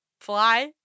fly